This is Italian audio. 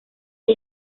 che